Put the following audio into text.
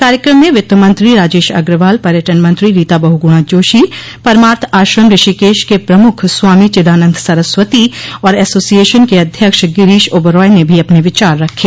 कार्यकम में वित्तमंत्री राजेश अग्रवाल पर्यटन मंत्री रीता बहुगुणा जोशी परमार्थ आश्रम ऋषिकेश के प्रमुख स्वामी चिदानंद सरस्वती और एसोसियेशन के अध्यक्ष गिरीश ओबेराय ने भी अपने विचार रखे